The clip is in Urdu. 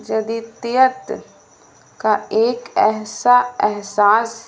جدتییت کا ایک ایحسا احساس